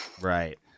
Right